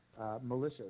militias